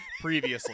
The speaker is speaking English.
previously